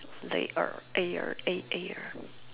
later